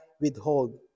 withhold